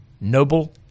Noble